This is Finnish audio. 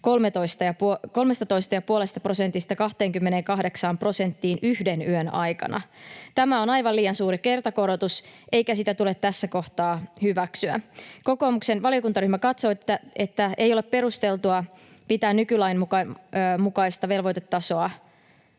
13,5 prosentista 28 prosenttiin yhden yön aikana. Tämä on aivan liian suuri kertakorotus eikä sitä tule tässä kohtaa hyväksyä. Kokoomuksen valiokuntaryhmä katsoo, että tässä kohtaa on perusteltua pitää nykylain mukainen jakeluvelvoitetaso